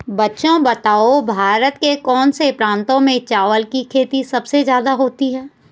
बच्चों बताओ भारत के कौन से प्रांतों में चावल की खेती सबसे ज्यादा होती है?